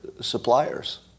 suppliers